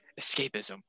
escapism